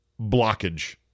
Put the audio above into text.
blockage